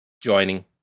joining